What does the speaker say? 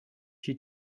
she